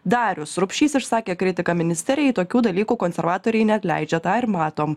darius rupšys išsakė kritiką ministerijai tokių dalykų konservatoriai neatleidžia tai matom